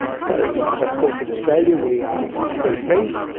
so of course in australia we are very pleased.